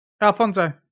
Alfonso